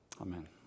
Amen